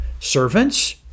servants